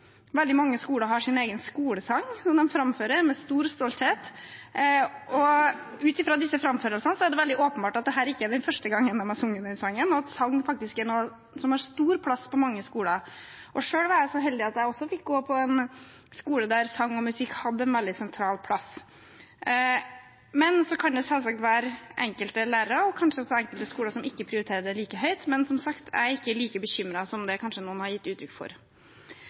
Veldig mange skoler har sin egen skolesang, som elevene framfører med stor stolthet, og ut fra disse framførelsene er det veldig åpenbart at det ikke er første gang de har sunget den sangen, og at sang er noe som har stor plass på mange skoler. Selv var jeg så heldig at jeg også fikk gå på en skole der sang og musikk hadde en veldig sentral plass. Så kan det selvsagt være enkelte lærere og kanskje også enkelte skoler som ikke prioriterer det like høyt, men som sagt, jeg er ikke like bekymret som det andre har gitt uttrykk for.